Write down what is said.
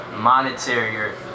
Monetary